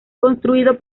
construido